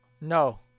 no